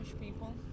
people